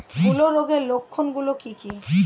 হূলো রোগের লক্ষণ গুলো কি কি?